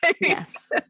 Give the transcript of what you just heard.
Yes